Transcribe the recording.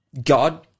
God